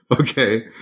Okay